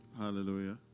Hallelujah